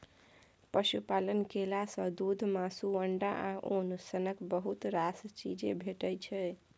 पशुपालन केला सँ दुध, मासु, अंडा आ उन सनक बहुत रास चीज भेटै छै